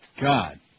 God